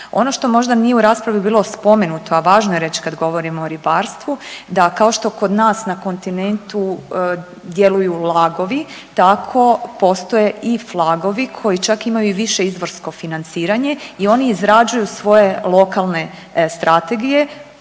Ono što možda nije u raspravi bilo spomenuto, a važno je reć kad govorimo o ribarstvu da kao što kod nas na kontinentu djeluju lagovi tako postoji i flagovi koji čak imaju i više izvorsko financiranje i oni izgrađuju svoje lokalne strategije